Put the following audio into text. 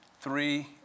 three